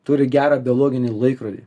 turi gerą biologinį laikrodį